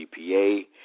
GPA